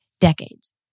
Decades